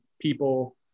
people